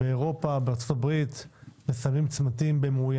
באירופה, בארצות הברית הם מסומנים ברשת.